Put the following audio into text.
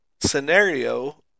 scenario